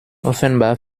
offenbar